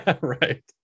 Right